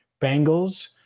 Bengals